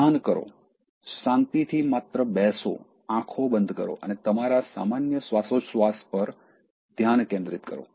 ધ્યાન કરો શાંતિથી માત્ર બેસો આંખો બંધ કરો અને તમારા સામાન્ય શ્વાસોચ્છ્વાસ પર ધ્યાન કેન્દ્રિત કરો